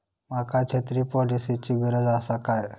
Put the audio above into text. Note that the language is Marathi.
माका छत्री पॉलिसिची गरज आसा काय?